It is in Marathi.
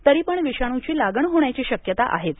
तरी पण विषाणूची लागण होण्याची शक्यता आहेच